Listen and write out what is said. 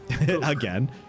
Again